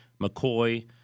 McCoy